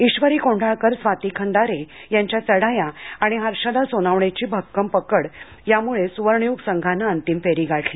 ईश्वरी कोंढाळकर स्वाती खंदारे यांच्या चढाया आणि हर्षदा सोनावणेची भक्कम पकड यामुळे सुवर्णयुग संघांनं अंतिम फेरी गाठली